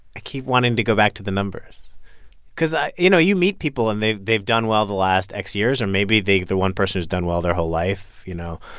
i keep wanting to go back to the numbers because i you know, you meet people, and they've they've done well the last x years or maybe the the one person who's done well their whole life, you know.